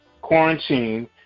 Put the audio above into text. quarantine